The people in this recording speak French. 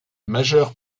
majeure